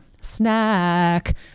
Snack